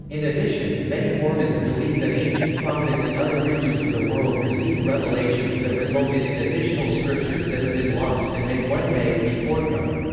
in addition, many mormons believe that ancient prophets in other regions of the world received revelations that resulted in additional scriptures that have been lost and may, one day, be forthcoming.